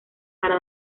para